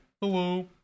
Hello